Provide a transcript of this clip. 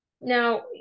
now